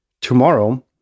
tomorrow